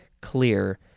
clear